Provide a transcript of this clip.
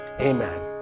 Amen